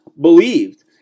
believed